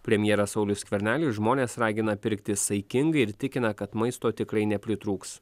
premjeras saulius skvernelis žmones ragina pirkti saikingai ir tikina kad maisto tikrai nepritrūks